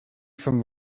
from